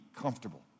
comfortable